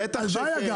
בטח שכן.